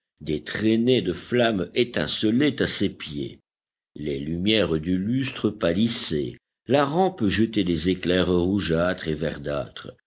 des traînées de flamme étincelaient à ses pieds les lumières du lustre pâlissaient la rampe jetait des éclairs rougeâtres et verdâtres